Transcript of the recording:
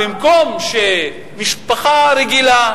משפחה רגילה,